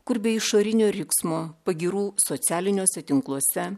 kur be išorinio riksmo pagyrų socialiniuose tinkluose